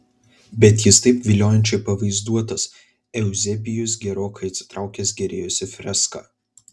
bet jis taip viliojančiai pavaizduotas euzebijus gerokai atsitraukęs gėrėjosi freska